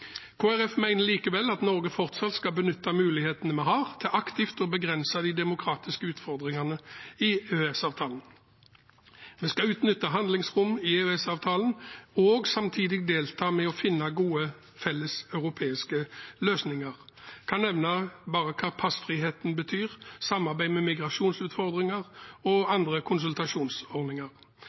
likevel at Norge fortsatt skal benytte mulighetene vi har til aktivt å begrense de demokratiske utfordringene i EØS-avtalen. Vi skal utnytte handlingsrom i EØS-avtalen og samtidig delta for å finne gode felleseuropeiske løsninger. Jeg kan nevne hva passfriheten betyr – og samarbeid om migrasjonsutfordringer og andre konsultasjonsordninger.